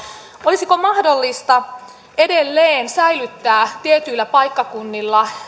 olisiko mahdollista edelleen säilyttää tietyillä paikkakunnilla